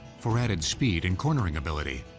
for added speed and cornering ability,